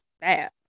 bad